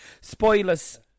Spoilers